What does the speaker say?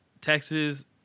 Texas